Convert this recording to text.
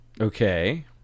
Okay